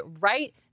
right